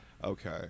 okay